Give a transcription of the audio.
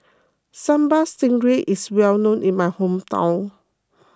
Sambal Stingray is well known in my hometown